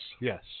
Yes